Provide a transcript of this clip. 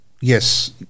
yes